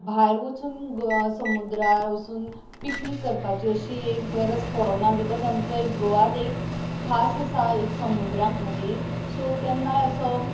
भायर वचून समुद्रार वचून पिक्नीक करपाची अशी एक गरज पडना बिकोझ आमचो एक गोवाच एक खास आसा एक समुद्रां खातीर सो केन्नाय असो